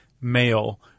male